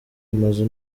amazu